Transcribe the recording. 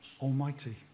Almighty